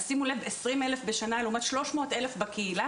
אז שימו לב 20 אלף בשנה לעומת 300 אלף בקהילה